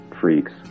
freaks